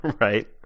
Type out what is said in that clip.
Right